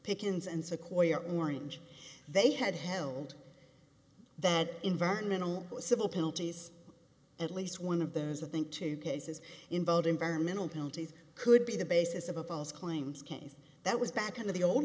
pickens and sequoia orange they had held that environmental civil penalties at least one of those i think two cases involved environmental penalties could be the basis of a false claims case that was back in the old